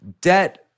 debt-